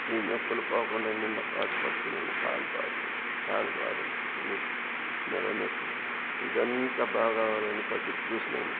ఈ నొప్పులు పోకుండా ఎన్నెన్నో బాధపడుతున్నాను కాలు బాధలు కాలు బాధలు సామి నడుము నొప్పి ఇదంతా బాగవ్వాలని పసరు పూసినాను